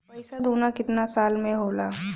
पैसा दूना कितना साल मे होला?